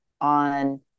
on